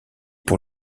pour